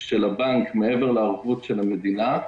של הבנק מעבר לערבות של המדינה.